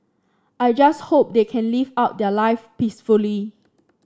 I just hope they can live out their live peacefully